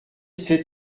sept